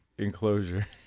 enclosure